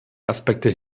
aspekte